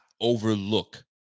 overlook